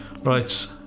right